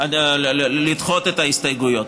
את ההסתייגויות.